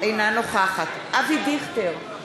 אינה נוכחת אבי דיכטר,